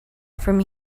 from